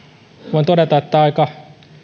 voin todeta että aika